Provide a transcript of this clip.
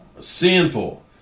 sinful